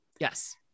Yes